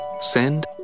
send